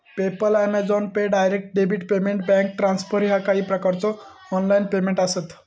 PayPal, Amazon Pay, direct debit payment, bank transfer ह्या काही प्रकारचो ऑनलाइन पेमेंट आसत